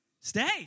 Stay